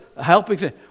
helping